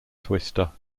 twister